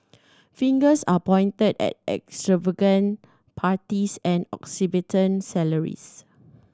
fingers are pointed at extravagant parties and exorbitant salaries